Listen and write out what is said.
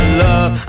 love